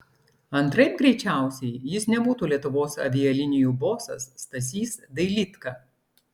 antraip greičiausiai jis nebūtų lietuvos avialinijų bosas stasys dailydka